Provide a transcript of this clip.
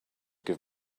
give